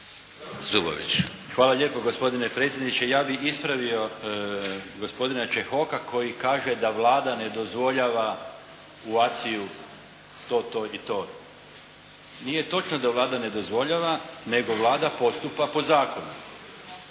Hvala lijepo gospodine predsjedniče. Ja bih ispravio gospodina Čehoka koji kaže da Vlada ne dozvoljava u ACY-u to, to i to. Nije točno da Vlada ne dozvoljava nego Vlada postupa po zakonu.